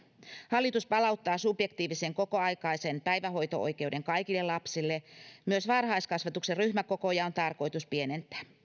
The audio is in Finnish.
hallitus palauttaa subjektiivisen kokoaikaisen päivähoito oikeuden kaikille lapsille myös varhaiskasvatuksen ryhmäkokoja on tarkoitus pienentää